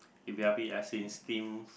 as in steams